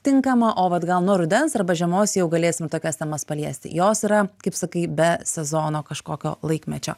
tinkama o vat gal nuo rudens arba žiemos jau galėsim tokias temas paliesti jos yra kaip sakai be sezono kažkokio laikmečio